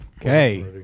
Okay